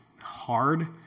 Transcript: hard